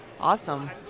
awesome